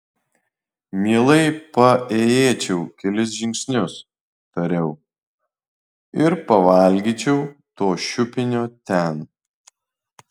mielai paėjėčiau kelis žingsnius tariau ir pavalgyčiau to šiupinio ten